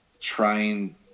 trying